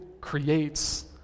creates